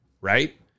right